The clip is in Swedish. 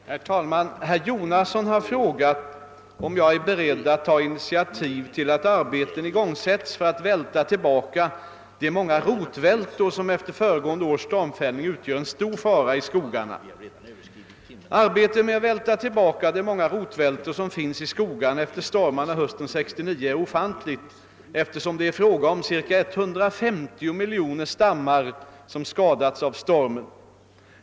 Herr talman! Herr Jonasson har frågat om jag är beredd att ta initiativ till att arbeten igångsätts för att välta tillbaka de många rotvältor som efter föregående års stormfällning utgör en stor fara i skogarna. Arbetet med att välta tillbaka de många rotvältor som finns i skogarna efter stormarna hösten 1969 är ofantligt, eftersom det är fråga om ca 150 miljoner stammar som skadats av stormen.